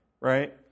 right